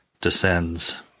descends